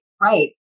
right